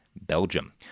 Belgium